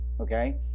Okay